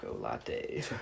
latte